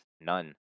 none